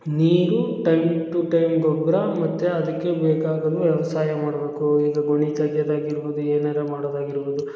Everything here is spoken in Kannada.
ನೀರು ಟೈಮ್ ಟು ಟೈಮ್ ಗೊಬ್ಬರ ಮತ್ತು ಅದಕ್ಕೆ ಬೇಕಾಗೋದು ವ್ಯವಸಾಯ ಮಾಡಬೇಕು ಇದು ಗುಣಿ ತೆಗೆಯೋದಾಗಿರ್ಬೋದು ಏನೇನೋ ಮಾಡೋದಾಗಿರ್ಬೋದು